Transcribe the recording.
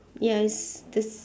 ya s~ the s~